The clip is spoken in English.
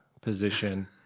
position